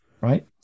right